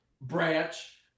Branch